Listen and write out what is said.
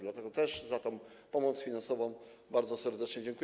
Dlatego też za tę pomoc finansową bardzo serdecznie dziękuję.